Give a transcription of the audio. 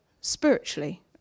spiritually